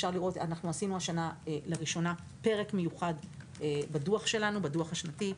אנחנו עשינו השנה לראשונה פרק מיוחד בדוח השנתי שלנו,